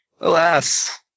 alas